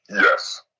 yes